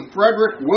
Frederick